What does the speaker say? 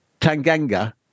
tanganga